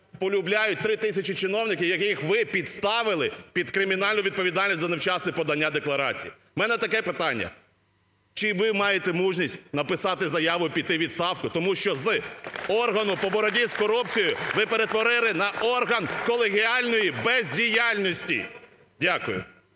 "полюбляють" 3 тисячі чиновників, яких ви підставили під кримінальну відповідальність за невчасне подання декларацій. В мене таке питання. Чи ви маєте мужність написати заяву і піти у відставку, тому що з органу по боротьбі з корупцією ви перетворили на орган колегіальної бездіяльності? Дякую.